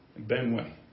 Benway